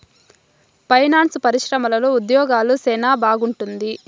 finance పరిశ్రమలో ఉద్యోగాలు సెనా బాగుంటుంది